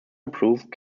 approved